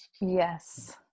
Yes